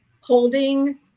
holding